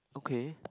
okay